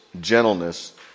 gentleness